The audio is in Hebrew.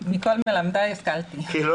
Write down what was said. מכל מלמדיי השכלתי.